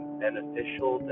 beneficial